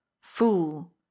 Fool